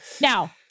Now